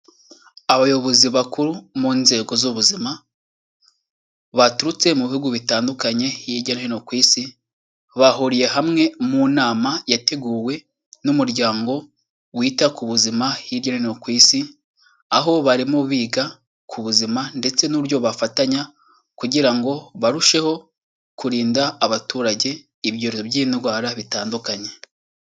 Abayobozi bakuru mu nzego z'ubuzima baturutse mu bihugu bitandukanye hirya no hino ku Isi, bahuriye hamwe mu nama yateguwe n'umuryango wita ku buzima hirya no hino ku Isi, aho barimo biga ku buzima ndetse n'uburyo bafatanya kugira ngo barusheho kurinda abaturage ibyorezo by'indwara bitandukanye.